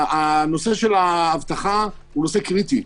הנושא של האבטחה הוא נושא קריטי,